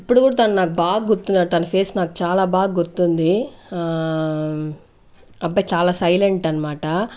ఇప్పుడు కూడా తను నాకు బాగా గుర్తున్నాడు తన ఫేస్ నాకు చాలా బాగా గుర్తుంది అబ్బాయి చాలా సైలెంట్ అన్మాట